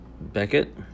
Beckett